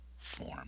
form